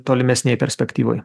tolimesnėj perspektyvoj